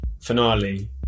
finale